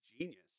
genius